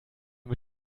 mit